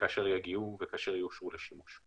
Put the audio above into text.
הביולוגי בעשייה שלו, הרגולטור אצלנו עושה את זה.